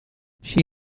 she